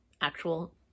actual